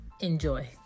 enjoy